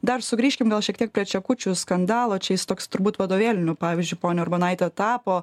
dar sugrįžkim gal šiek tiek prie čekučių skandalo čia jis toks turbūt vadovėliniu pavyzdžiu ponia urbonaite tapo